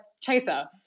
chaser